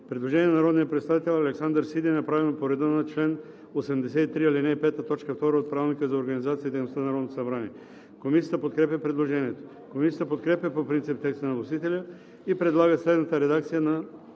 Предложение на народния представител Александър Сиди, направено по реда на чл. 83, ал. 5, т. 2 от Правилника за организацията и дейността на Народното събрание. Комисията подкрепя предложението. Комисията подкрепя по принцип текста на вносителя и предлага следната редакция на